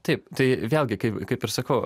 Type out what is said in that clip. taip tai vėlgi kaip kaip ir sakau